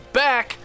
back